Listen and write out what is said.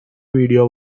video